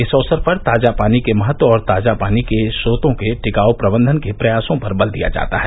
इस अवसर पर ताजा पानी के महत्व और ताजा पानी के च्रोतों के टिकाऊ प्रबंधन के प्रयासों पर बल दिया जाता है